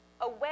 away